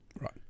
Right